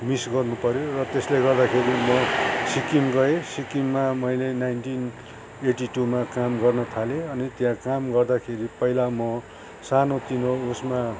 miss गर्नुपऱ्यो र त्यसले गर्दाखेरि म सिक्किम गएँ सिक्किममा मैले नाइन्टिन एटी टूमा काम गर्नु थाले अनि त्यहाँ काम गर्दाखेरि पहिला म सानो तिनो उयसमा